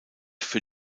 für